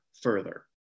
further